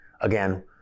again